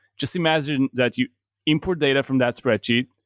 just imagine that you import data from that spreadsheet,